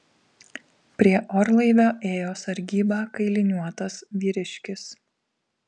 prie orlaivio ėjo sargybą kailiniuotas vyriškis